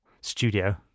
studio